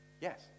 Yes